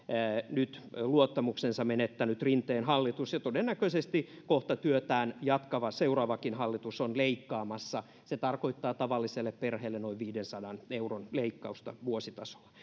nyt luottamuksensa menettänyt rinteen hallitus ja todennäköisesti kohta työtään jatkava seuraavakin hallitus on leikkaamassa se tarkoittaa tavalliselle perheelle noin viidensadan euron leikkausta vuositasolla